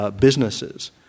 businesses